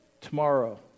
Tomorrow